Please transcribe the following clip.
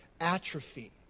atrophy